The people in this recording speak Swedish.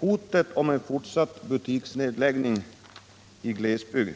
Vi hotas av en fortsatt butiksnedläggning i glesbygd